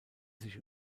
sich